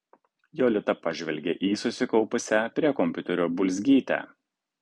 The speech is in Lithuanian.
jolita pažvelgė į susikaupusią prie kompiuterio bulzgytę